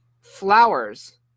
flowers